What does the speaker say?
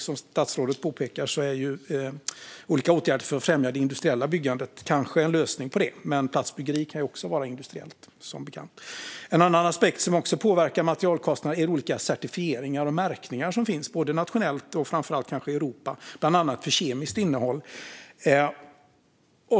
Som statsrådet påpekar är olika åtgärder för att främja det industriella byggandet kanske en lösning på det, men platsbyggeri kan ju också vara industriellt, som bekant. En annan aspekt som också påverkar materialkostnader är olika certifieringar och märkningar som finns både nationellt och kanske framför allt i Europa, bland annat för kemiskt innehåll.